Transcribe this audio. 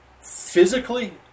Physically